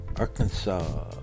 Arkansas